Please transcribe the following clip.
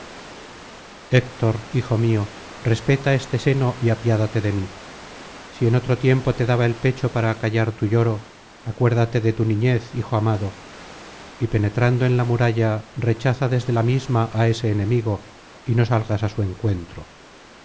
hijo mío respeta este seno y apiádate de mí si en otro tiempo te daba el pecho para acallar tu lloro acuérdate de tu niñez hijo amado y penetrando en la muralla rechaza desde la misma á ese enemigo y no salgas á su encuentro